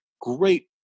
great